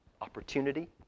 opportunity